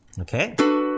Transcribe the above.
okay